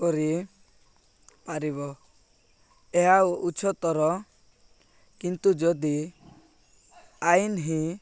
କରିପାରିବ ଏହା ଉଚ୍ଚତର କିନ୍ତୁ ଯଦି ଆଇନ ହିଁ